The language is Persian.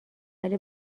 ولی